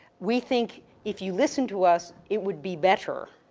we think if you listen to us, it would be better,